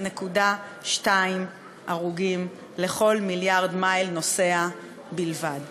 0.2 הרוג לכל מיליארד מייל נוסע בלבד.